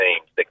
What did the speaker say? teams